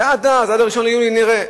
ועד אז, עד 1 ביולי, נראה.